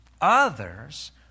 others